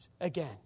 again